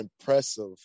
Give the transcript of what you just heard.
impressive